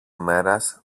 ημέρας